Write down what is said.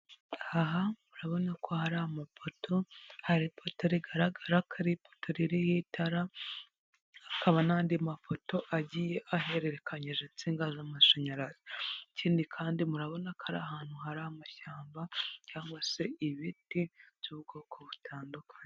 Aha murabona ko hari amapoto, hari ipoto rigaragara ko ari ipoto ririho itara, hakaba n'andi mapoto agiye ahererekanyije insinga z'amashanyarazi. Ikindi kandi murabona ko ari ahantu hari amashyamba cyangwa se ibiti by'ubwoko butandukanye.